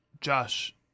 Josh